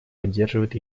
поддерживает